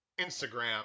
instagram